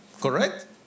Correct